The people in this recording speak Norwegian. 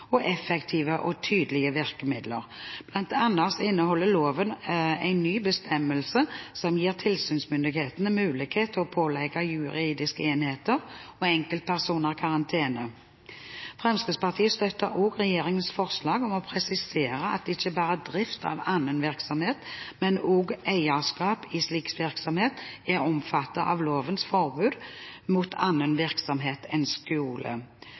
og effektive og tydelige virkemidler. Blant annet inneholder loven en ny bestemmelse som gir tilsynsmyndighetene mulighet til å pålegge juridiske enheter og enkeltpersoner karantene. Fremskrittspartiet støtter også regjeringens forslag om å presisere at ikke bare drift av annen virksomhet, men også eierskap i slik virksomhet er omfattet av lovens forbud mot annen virksomhet enn skole.